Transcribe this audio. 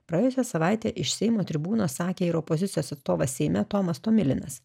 praėjusią savaitę iš seimo tribūnos sakė ir opozicijos atstovas seime tomas tomilinas